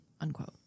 unquote